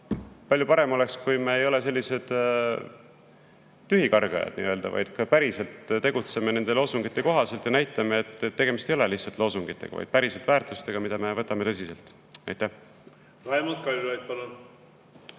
palju parem oleks, kui me ei oleks nii-öelda tühikargajad, vaid ka päriselt tegutseksime nende loosungite kohaselt ja näitaksime, et tegemist ei ole lihtsalt loosungitega, vaid väärtustega, mida me võtame päriselt